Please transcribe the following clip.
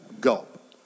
gulp